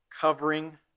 covering